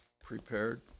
prepared